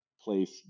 place